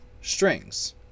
strings